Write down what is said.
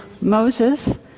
Moses